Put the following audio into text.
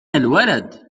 الولد